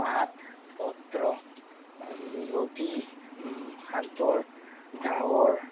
পাত পত্ৰ নদী সাগৰ ডাৱৰ